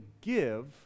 give